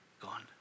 gone